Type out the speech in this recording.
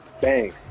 Bang